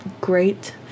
great